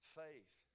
faith